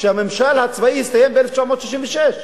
שהממשל הצבאי הסתיים ב-1966,